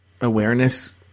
awareness